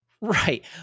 Right